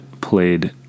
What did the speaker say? played